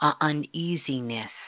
uneasiness